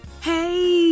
Hey